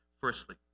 Firstly